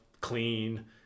clean